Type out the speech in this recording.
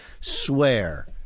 swear